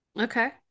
Okay